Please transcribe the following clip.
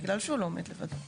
בגלל שהוא לא עומד לבדו.